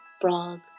frog